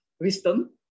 wisdom